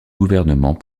gouvernement